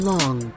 Long